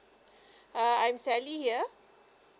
uh I'm sally here